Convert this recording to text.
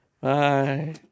Bye